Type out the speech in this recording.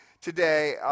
today